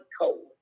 cold